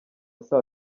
saa